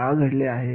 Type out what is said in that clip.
का घडले आहे